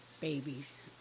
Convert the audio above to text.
babies